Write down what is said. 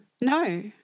No